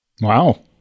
Wow